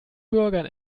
bürgern